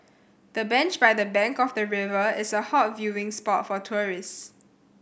the bench by the bank of the river is a hot viewing spot for tourists